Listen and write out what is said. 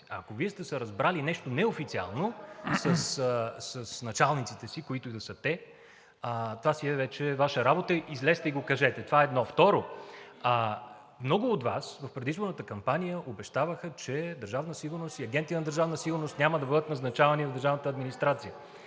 Ако Вие сте се разбрали нещо неофициално с началниците си, които и да са те – това вече си е Ваша работа, излезте и го кажете. Това едно. Второ, много от Вас в предизборната кампания обещаваха, че агенти на държавна сигурност няма да бъдат назначавани в държавната администрация